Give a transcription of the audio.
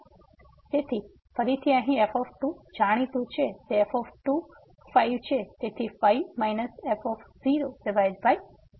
તેથી ફરીથી અહીં f જાણીતું છે એ f 5 છે તેથી 5 f2